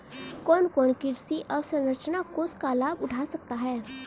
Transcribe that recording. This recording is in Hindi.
कौन कौन कृषि अवसरंचना कोष का लाभ उठा सकता है?